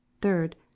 third